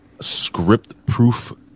script-proof